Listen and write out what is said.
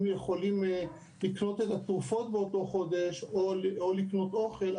יכולים לקנות את התרופות באותו חודש או לקנות אוכל,